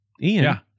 Ian